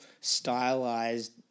stylized